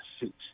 suit